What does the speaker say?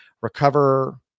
recover